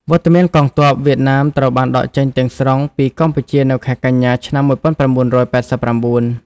វត្តមានកងទ័ពវៀតណាមត្រូវបានដកចេញទាំងស្រុងពីកម្ពុជានៅខែកញ្ញា ឆ្នាំ ១៩៨៩។